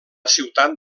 ciutat